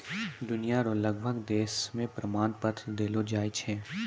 दुनिया रो लगभग देश मे प्रमाण पत्र देलो जाय छै